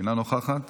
אינה נוכחת.